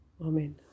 amen